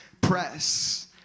press